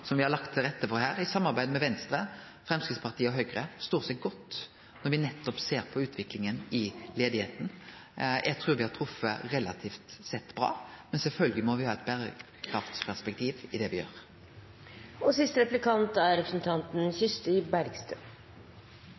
som me har lagt til rette for her, i samarbeid med Venstre, Framstegspartiet og Høgre, står seg godt når me nettopp ser på utviklinga i arbeidsløysa. Eg trur me relativt sett har treft bra. Men sjølvsagt må me ha eit berekraftsperspektiv i det me gjer. Det er